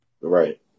Right